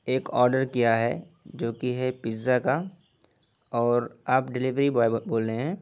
ایک آڈر کیا ہے جوکہ ہے پیزا کا اور آپ ڈیلیوری بوائے بول رہے ہیں